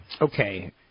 Okay